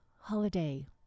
holiday